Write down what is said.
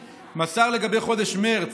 לגבי חודש מרץ,